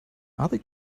other